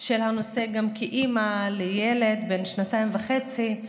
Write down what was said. של הנושא גם כאימא לילד בן שנתיים וחצי.